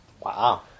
Wow